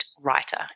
Writer